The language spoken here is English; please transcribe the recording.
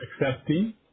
accepting